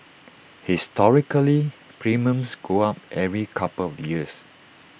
historically premiums go up every couple of years